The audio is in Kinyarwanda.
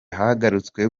hagarutswe